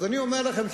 אז אני אומר לכם,